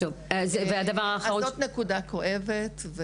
זו נקודה כואבת.